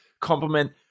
compliment